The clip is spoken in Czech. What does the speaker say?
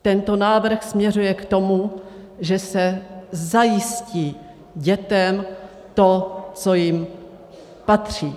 Tento návrh směřuje k tomu, že se zajistí dětem to, co jim patří.